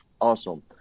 Awesome